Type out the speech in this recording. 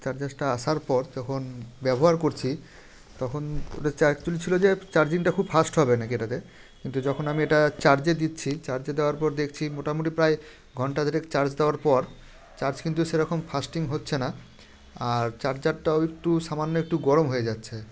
চার্জারটা আসার পর তখন ব্যবহার করছি তখন ওটা ছিলো যে চার্জিংটা খুব ফাস্ট হবে না কি এটাতে কিন্তু যখন আমি এটা চার্জে দিচ্ছি চার্জে দেওয়ার পর দেখছি মোটামুটি প্রায় ঘন্টা দেড়েক চার্জ দেওয়ার পর চার্জ কিন্তু সেরকম ফাস্টিং হচ্ছে না আর চার্জারটাও একটু সামান্য একটু গরম হয়ে যাচ্ছে